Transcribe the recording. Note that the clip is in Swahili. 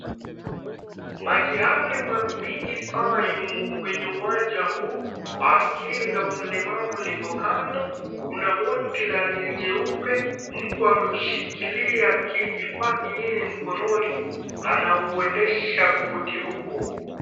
Maji haya mingi sana yumo kwenye uwanja huu, baskeli la mlemavu liko kando. Kuna boti la ni jeupe. Mtu ameushikilia kifaa kingine mkononi, anauendesha boti huo.